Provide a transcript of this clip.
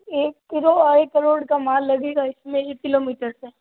एक किलो और एक करोड़ का माल लगेगा इसमें एक किलोमीटर पे